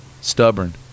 stubborn